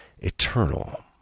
eternal